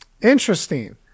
Interesting